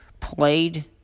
Played